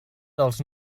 dels